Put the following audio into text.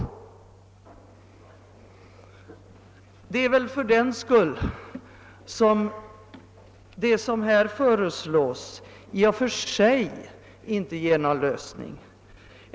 Det är därför som den parlamentariska beredning i narkotikafrågor som här föreslagits inte i och för sig är någon lösning.